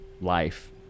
life